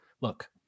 look